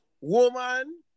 Woman